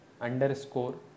underscore